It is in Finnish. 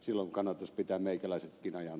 silloin kannattaisi pitää meikäläisetkin ajan